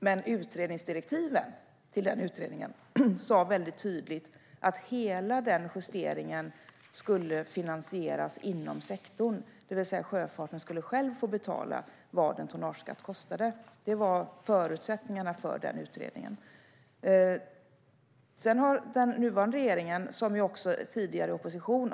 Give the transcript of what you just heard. Men direktiven till den utredningen sa väldigt tydligt att hela justeringen skulle finansieras inom sektorn. Sjöfarten skulle alltså själv få betala vad en tonnageskatt kostade. Det var förutsättningarna för utredningen. Vi drev på i den här frågan väldigt kraftfullt under många år i opposition.